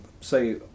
say